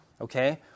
Okay